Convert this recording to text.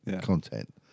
content